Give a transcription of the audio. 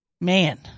Man